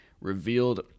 revealed